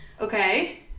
Okay